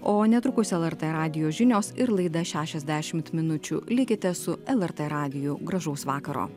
o netrukus lrt radijo žinios ir laida šešiasdešimt minučių likite su lrt radiju gražaus vakaro